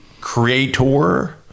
creator